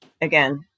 again